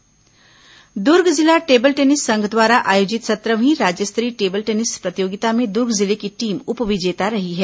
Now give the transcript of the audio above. table tennis Durg जिला table tennis संघ द्वारा आयोजित सत्रहवीं राज्य स्तरीय टेबल टेनिस प्रतियोगिता में दुर्ग जिले की टीम उप विजेता रही है